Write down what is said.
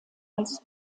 als